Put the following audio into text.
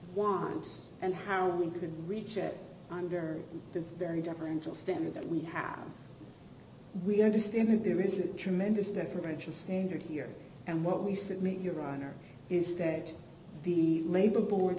want and how we could reach it under this very deferential standard that we have we understand that there is a tremendous differential standard here and what we submit your honor is that the labor board